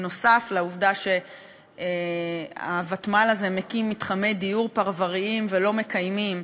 בנוסף לעובדה שהוותמ"ל הזה מקים מתחמי דיור פרבריים ולא מקיימים,